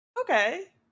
Okay